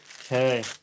Okay